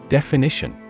Definition